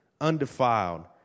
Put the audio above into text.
undefiled